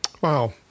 Wow